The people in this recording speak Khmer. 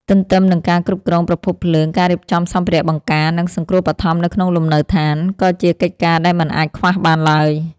ទន្ទឹមនឹងការគ្រប់គ្រងប្រភពភ្លើង ការរៀបចំសម្ភារៈបង្ការ និងសង្គ្រោះបឋមនៅក្នុងលំនៅដ្ឋាន ក៏ជាកិច្ចការដែលមិនអាចខ្វះបានឡើយ។